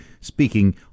speaking